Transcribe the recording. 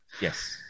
Yes